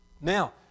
Now